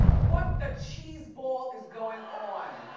what the cheese-ball is going on?